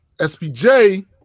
SPJ